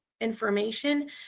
information